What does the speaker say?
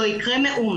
לא יקרה מאומה,